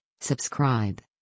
subscribe